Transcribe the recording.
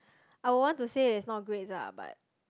I will want to say that it is not grades lah but